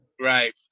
right